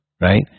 right